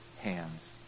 hands